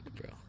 bro